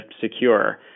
secure